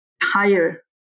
higher